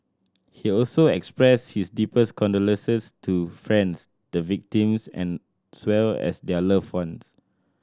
he also expressed his deepest condolences to France the victims as well as their loved ones